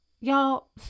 y'all